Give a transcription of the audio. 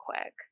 quick